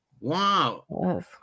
Wow